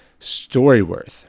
StoryWorth